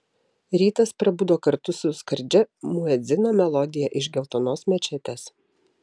rytas prabudo kartu su skardžia muedzino melodija iš geltonos mečetės